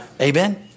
Amen